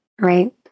right